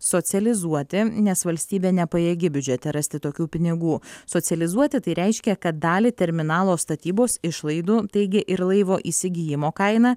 socializuoti nes valstybė nepajėgi biudžete rasti tokių pinigų socializuoti tai reiškia kad dalį terminalo statybos išlaidų taigi ir laivo įsigijimo kainą